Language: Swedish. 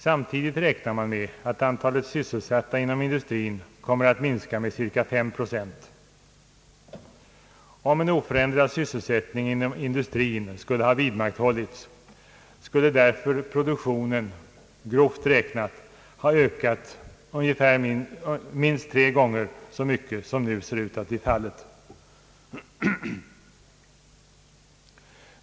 Samtidigt räknar man med att antalet sysselsatta inom industrin kommer att minska med cirka 5 procent. Om en oförändrad sysselsättning inom industrin skulle ha vidmakthållits skulle därför produktionen grovt räknat ha ökat minst tre gånger så mycket som nu ser ut att bli fallet.